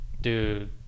dude